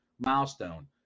milestone